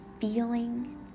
feeling